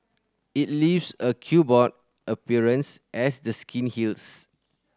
it leaves a chequerboard appearance as the skin heals